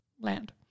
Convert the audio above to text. land